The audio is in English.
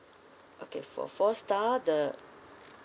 okay for four star the